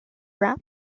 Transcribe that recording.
wrap